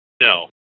No